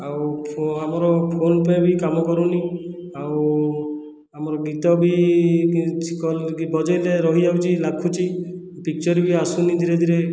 ଆଉ ଆମର PhonePe ବି କାମ କରୁନି ଆଉ ଆମର ଗୀତ ବି କିଛି କରିଲେ ବଜାଇଲେ ରହିଯାଉଛି ଲାଖୁଛି ପିକଚର୍ ବି ଆସୁନି ଧୀରେ ଧୀରେ